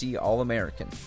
all-american